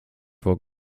for